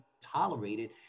tolerated